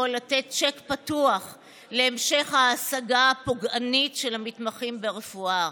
לתת צ'ק פתוח להמשך ההעסקה הפוגענית של המתמחים ברפואה.